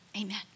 amen